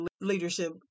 leadership